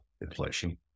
Inflation